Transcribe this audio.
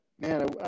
man